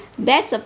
best